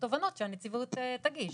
תובענות שנציבות תגיש.